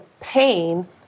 pain